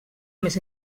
més